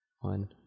One